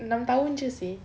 enam tahun jer seh